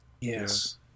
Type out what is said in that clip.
Yes